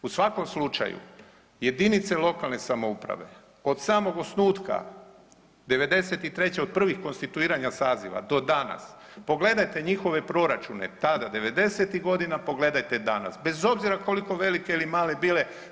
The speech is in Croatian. U svakom slučaju jedinice lokalne samouprave od samog osnutka 93. od prvih konstituiranja saziva do danas, pogledajte njihove proračune tada 90-tih godina, pogledajte danas bez obzira koliko velike ili male bile.